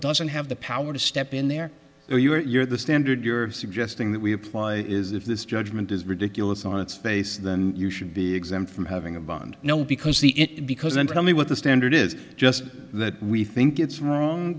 doesn't have the power to step in there or you're the standard you're suggesting that we apply is if this judgment is ridiculous on its face then you should be exempt from having a bond no because the it because then tell me what the standard is just that we think it's wrong